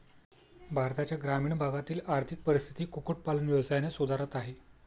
भारताच्या ग्रामीण भागातील आर्थिक परिस्थिती कुक्कुट पालन व्यवसायाने सुधारत आहे